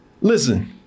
listen